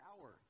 hour